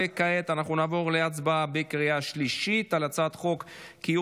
וכעת אנחנו נעבור להצבעה בקריאה שלישית על הצעת חוק קיום